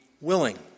willing